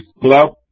club